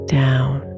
down